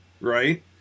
right